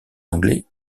anglais